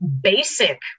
basic